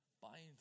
buying